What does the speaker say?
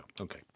Okay